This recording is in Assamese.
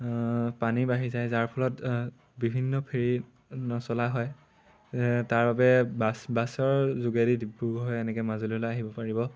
পানী বাঢ়ি যায় যাৰ ফলত বিভিন্ন ফেৰি নচলা হয় তাৰ বাবে বাছ বাছৰ যোগেদি ডিব্ৰুগড় এনেকে মাজুলীলৈ আহিব পাৰিব